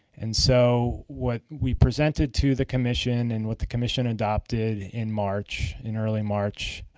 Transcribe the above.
and so what we presented to the commission and what the commission adopted in march, in early march,